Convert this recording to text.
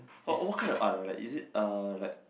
what what kind of art ah like is it uh like